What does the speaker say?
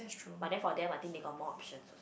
but then for them I think they got more options also